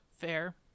Fair